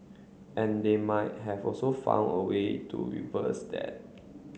and they might have also found a way to reverse that